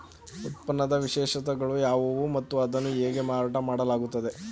ಉತ್ಪನ್ನದ ವಿಶೇಷತೆಗಳು ಯಾವುವು ಮತ್ತು ಅದನ್ನು ಹೇಗೆ ಮಾರಾಟ ಮಾಡಲಾಗುತ್ತದೆ?